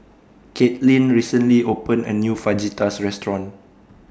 Kaitlin recently opened A New Fajitas Restaurant